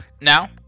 Now